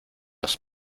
los